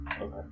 Okay